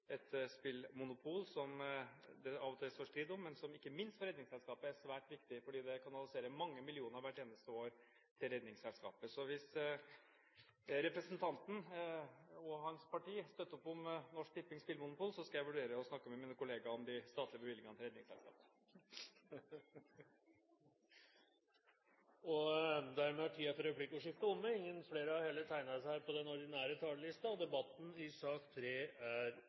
et spillmonopol som det av og til står strid om, men som ikke minst for Redningsselskapet er svært viktig, fordi det kanaliserer mange millioner hvert eneste år til Redningsselskapet. Så hvis representanten og hans parti støtter opp om Norsk Tippings spillmonopol, skal jeg vurdere å snakke med mine kolleger om de statlige bevilgningene til Redningsselskapet. Replikkordskiftet er dermed omme. Flere har ikke bedt om ordet til sak nr. 3. NRKs program Brennpunkt satte for ikke lenge siden fokus på unge menn bak rattet og